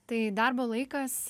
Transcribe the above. tai darbo laikas